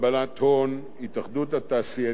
התאחדות התעשיינים ואיגוד הבנקים.